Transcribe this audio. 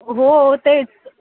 हो तेच